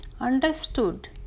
understood